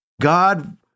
God